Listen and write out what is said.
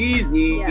Easy